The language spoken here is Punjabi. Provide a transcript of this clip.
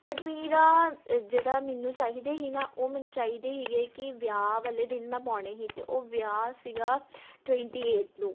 ਬਟ ਮੇਰਾ ਅ ਜਿਹੜਾ ਮੈਨੂੰ ਚਾਹੀਦੇ ਸੀ ਨਾ ਉਹ ਮੈਨੂੰ ਚਾਹੀਦੇ ਸੀਗੇ ਕਿ ਵਿਆਹ ਵਾਲੇ ਦਿਨ ਮੈਂ ਪਾਉਣੇ ਸੀ ਅਤੇ ਉਹ ਵਿਆਹ ਸੀਗਾ ਟਵੈਂਟੀ ਏਟ ਨੂੰ